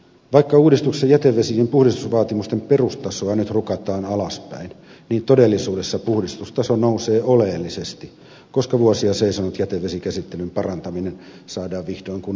vaikka uudistuksessa jätevesien puhdistusvaatimusten perustasoa nyt rukataan alaspäin todellisuudessa puhdistustaso nousee oleellisesti koska vuosia seisonut jätevesikäsittelyn parantaminen saadaan vihdoin kunnolla käyntiin